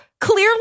clearly